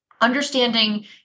understanding